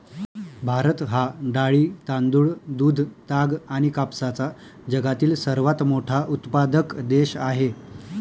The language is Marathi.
भारत हा डाळी, तांदूळ, दूध, ताग आणि कापसाचा जगातील सर्वात मोठा उत्पादक देश आहे